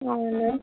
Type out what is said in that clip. అవును